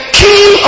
king